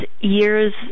years